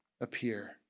appear